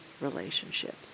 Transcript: relationship